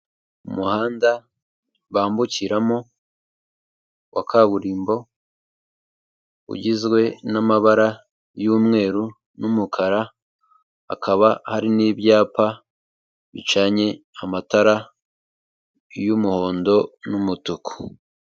Umuhanda bambukiramo wa kaburimbo ugizwe n'amabara y'umweru n'umukara, hakaba hari n'ibyapa bicanye amatara y'umuhondo n'umutuku.